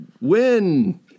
win